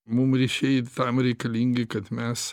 mum ryšiai tam reikalingi kad mes